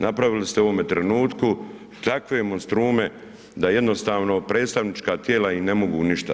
Napravili ste u ovome trenutku takve monstrume da jednostavno predstavnička tijela im ne mogu ništa.